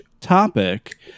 topic